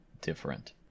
different